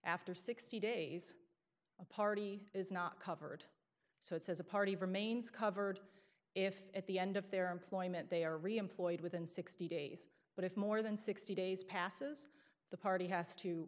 after sixty days a party is not covered so it says a party remains covered if at the end of their employment they are reemployed within sixty days but if more than sixty days passes the party has t